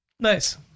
Nice